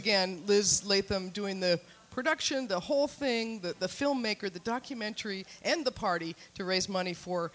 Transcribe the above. again liz laith i'm doing the production the whole thing that the filmmaker the documentary and the party to raise money for